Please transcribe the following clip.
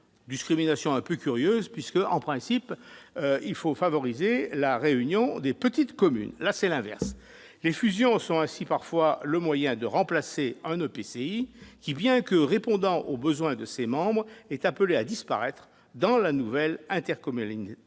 discrimination un peu curieuse puisque, en principe, il faut favoriser la réunion de petites communes. Une fusion de communes est ainsi parfois le moyen de remplacer un EPCI qui, bien que répondant aux besoins de ses communes membres, est appelé à disparaître dans la nouvelle intercommunalité,